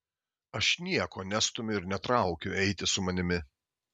aš nieko nestumiu ir netraukiu eiti su manimi